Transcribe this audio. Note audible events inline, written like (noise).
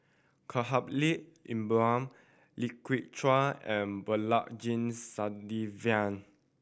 Khalil Ibrahim Lai Kew Chai and Balaji (unintelligible)